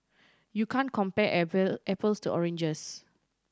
you can't compare apple apples to oranges